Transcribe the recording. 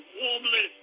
warmly